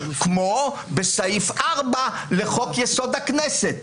כמו בסעיף 4 לחוק-יסוד: הכנסת.